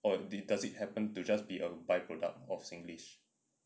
or does it happen to just be a byproduct of singlish